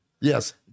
Yes